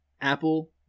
Apple